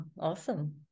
awesome